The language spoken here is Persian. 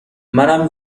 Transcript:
منم